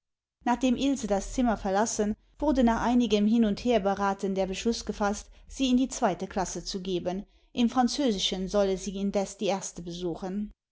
nachdem ilse das zimmer verlassen wurde nach einigem hin und herberaten der beschluß gefaßt sie in die zweite klasse zu geben im französischen solle sie indes die erste besuchen